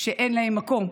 שאין להם מקום?